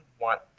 want